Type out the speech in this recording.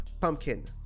pumpkin